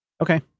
Okay